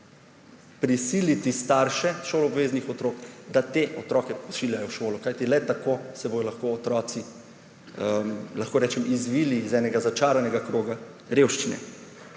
prisiliti starše šoloobveznih otrok, da te otroke pošiljajo v šolo. Kajti le tako se bodo lahko otroci izvili iz enega začaranega kroga revščine.